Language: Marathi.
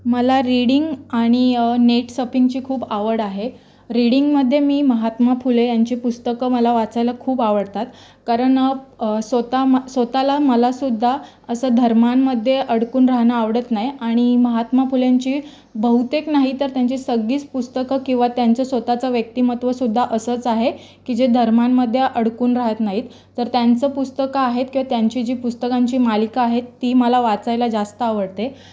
मला रीडिंग आणि नेट सफिंगची खूप आवड आहे रीडिंगमध्ये मी महात्मा फुले ह्यांचे पुस्तकं मला वाचायला खूप आवडतात कारण स्वतः स्वतःला मलासुद्धा असं धर्मांमध्ये अडकून राहणं आवडत नाही आणि महात्मा फुलेंची बहुतेक नाही तर त्यांची सगळीच पुस्तकं किंवा त्यांचं स्वतःचं व्यक्तिमत्वसुद्धा असंच आहे की जे धर्मांमध्ये अडकून राहत नाहीत तर त्यांचं पुस्तक आहेत किंवा त्यांची जी पुस्तकांची मालिका आहे ती मला वाचायला जास्त आवडते